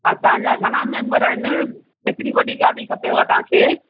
हा तव्हांजा घणा मेम्बर आहिनि केतिरी वॾी गाॾी खपेव तव्हांखे